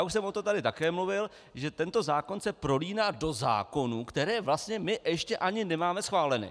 Už jsem tady o tom také mluvil, že tento zákon se prolíná do zákonů, které vlastně my ještě ani nemáme schváleny.